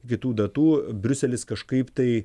iki tų datų briuselis kažkaip tai